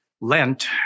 Lent